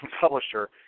publisher